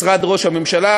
משרד ראש הממשלה,